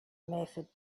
method